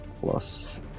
plus